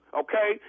okay